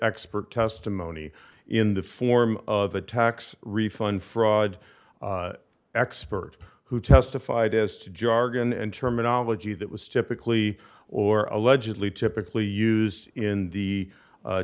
expert testimony in the form of a tax refund fraud expert who testified as to jargon and terminology that was typically or allegedly typically used in the